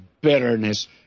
bitterness